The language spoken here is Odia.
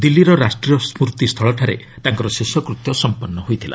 ଦିଲ୍ଲୀର ରାଷ୍ଟ୍ରୀୟ ସ୍ୱତସ୍ଥଳଠାରେ ତାଙ୍କର ଶେଷକୃତ୍ୟ ସମ୍ପନ୍ନ ହୋଇଥିଲା